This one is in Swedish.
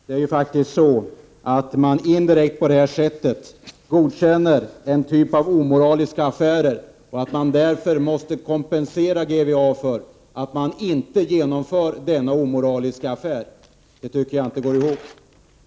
Herr talman! Varför vpk ställer upp på förslaget förstår egentligen inte jag heller. På det här sättet godkänner man indirekt en typ av omoraliska affärer, i och med att man kompenserar GVA för att denna omoraliska affär inte genomförs. Det tycker jag inte går ihop.